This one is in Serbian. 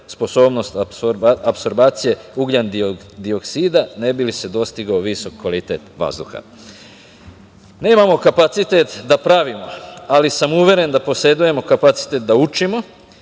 sposobnost apsorbacije ugljendioksida, ne bi li se dostigao visok kvalitet vazduha. Nemamo kapacitet da pravimo, ali sam uveren da posedujemo kapacitet da učimo,